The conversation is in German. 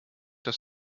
das